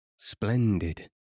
Splendid